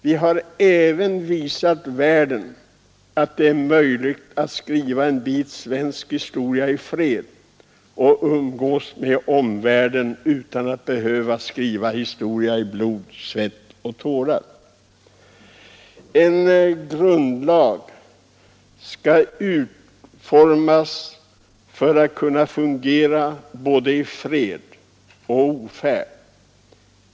Vi har även visat världen att det är möjligt att skriva en bit svensk historia i frid och att umgås med omvärlden — historia behöver inte skrivas med blod, svett och tårar. En grundlag skall utformas så, att den kan fungera både i fred och i ofärd.